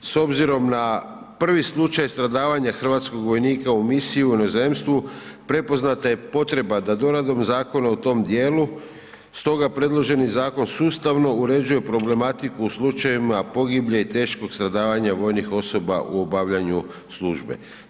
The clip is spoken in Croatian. S obzirom na prvi slučaj stradavanja hrvatskog vojnika u misiji u inozemstvu prepoznata je potreba da doradom zakona u tom dijelu, stoga predloženi zakon sustavno uređuje problematiku u slučajevima pogiblje i teškog stradavanja vojnih osoba u obavljanju službe.